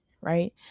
right